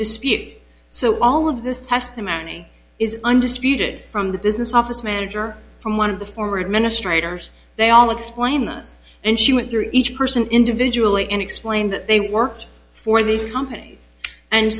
dispute so all of this testimony is undisputed from the business office manager from one of the former administrators they all explain this and she went through each person individually and explained that they worked for these companies and